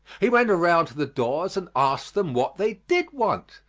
he went around to the doors and asked them what they did want,